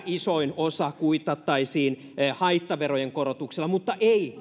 isoin osa kuitattaisiin haittaverojen korotuksilla mutta ei